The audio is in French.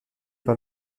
par